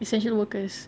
essential workers